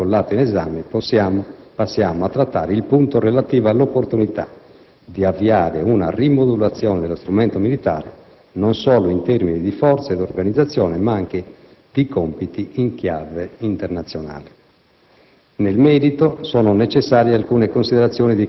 Continuando la disamina delle questioni sollevate con l'atto in esame, passiamo a trattare il punto relativo all'opportunità di avviare una rimodulazione dello strumento militare non solo in termini di forza e di organizzazione ma anche di compiti in chiave internazionale.